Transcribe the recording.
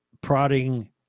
prodding